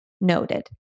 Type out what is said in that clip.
noted